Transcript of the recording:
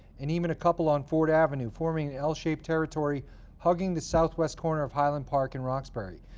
and even a couple on ford avenue, forming an l-shaped territory hugging the southwest corner of highland park in roxbury.